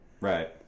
Right